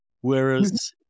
Whereas